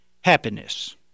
Happiness